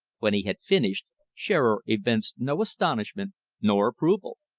when he had finished, shearer evinced no astonishment nor approval.